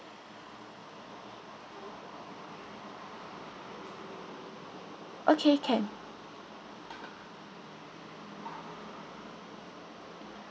okay can